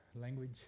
language